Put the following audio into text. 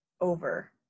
over